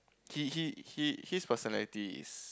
he he he his personalty is